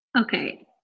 Okay